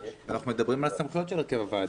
מדברים על הסמכויות של הרכב הוועדה.